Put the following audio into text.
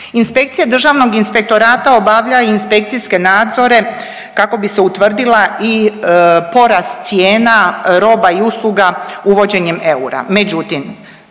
Inspekcija Državnog inspektorata obavlja i inspekcijske nadzore kako bi se utvrdila i porast cijena roba i usluga uvođenjem eura.